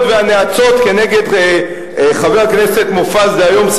והנאצות נגד חבר הכנסת מופז דהיום,